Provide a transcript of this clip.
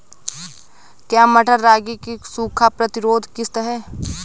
क्या मटर रागी की सूखा प्रतिरोध किश्त है?